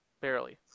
Barely